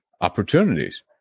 opportunities